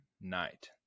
night